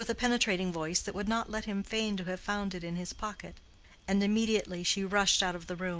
with a penetrating voice that would not let him feign to have found it in his pocket and immediately she rushed out of the room.